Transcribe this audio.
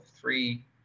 three